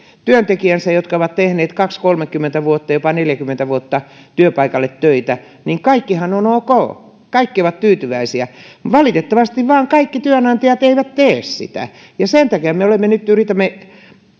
työntekijöistään jotka ovat tehneet kaksikymmentä viiva kolmekymmentä vuotta jopa neljäkymmentä vuotta työpaikalle töitä niin kaikkihan on ok kaikki ovat tyytyväisiä valitettavasti vain kaikki työnantajat eivät tee sitä ja sen takia me me nyt yritämme